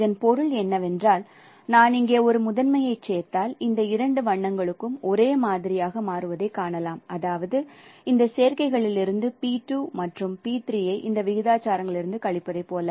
இதன் பொருள் என்னவென்றால் நான் இங்கே ஒரு முதன்மையைச் சேர்த்தால் இந்த இரண்டு வண்ணங்களும் ஒரே மாதிரியாக மாறுவதைக் காணலாம் அதாவது இந்த சேர்க்கைகளிலிருந்து p2 மற்றும் p3 ஐ இந்த விகிதாச்சாரங்களிலிருந்து கழிப்பதைப் போல